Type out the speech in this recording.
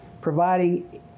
providing